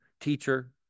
teacher